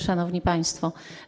Szanowni Państwo!